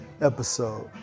episode